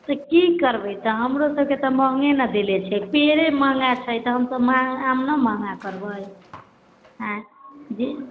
से करबै तऽ हमरो सबके तऽ महगे न देले छै पेड़े महगा छै तऽ हमसब आम न महगा करबै आंय जे